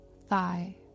thigh